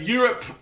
Europe